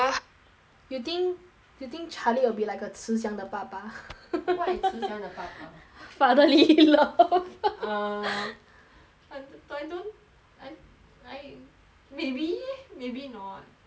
you think you think charlie will be like a 慈祥的爸爸 [what] is 慈祥的爸爸 fatherly love um I do~ I don't I I maybe maybe not I don't know eh